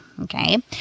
Okay